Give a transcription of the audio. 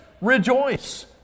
Rejoice